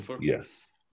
Yes